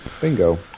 Bingo